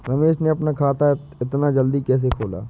रमेश ने अपना खाता इतना जल्दी कैसे खोला?